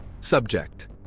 Subject